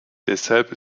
deshalb